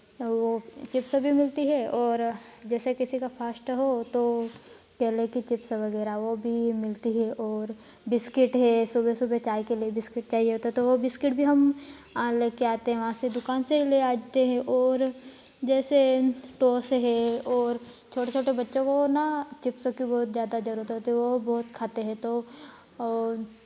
वह चिप्स भी मिलती है और जैसे किसी का फ़ास्ट हो तो केले के चिप्स वगैरह वह भी मिलती है और बिस्किट है सुबह सुबह चाय के लिए बिस्कुट चाहिए तो वह बिस्कुट भी हम ले कर आते हैं वहाँ से दुकान से ले आते हैं और जैसे टोस है और छोटे छोटे बच्चों को न चिप्सों की बहुत ज़्यादा जरूरत होती है वह बहुत खाते हैं तो और